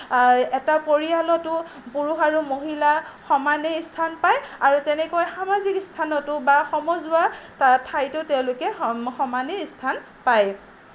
এটা পৰিয়ালতো পুৰুষ আৰু মহিলা সমানেই স্থান পায় আৰু তেনেকৈ সামাজিক স্থানতো বা সমজুৱা ঠাইতো তেওঁলোকে সমানেই স্থান পায়